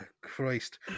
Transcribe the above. Christ